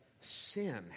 sin